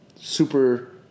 super